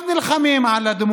מטבע הדברים,